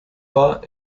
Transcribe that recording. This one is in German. war